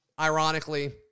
ironically